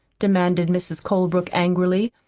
demanded mrs. colebrook angrily.